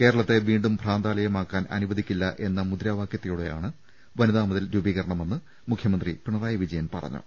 കേര ളത്തെ വീണ്ടും ഭ്രാന്താലയമാക്കാൻ അനുവദിക്കില്ല എന്ന മുദ്രാവാക്യത്തോടെയാണ് വനിതാമതിൽ രൂപീ കരണമെന്ന് മുഖ്യമന്ത്രി പിണറായി വിജയൻ പറഞ്ഞു